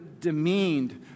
demeaned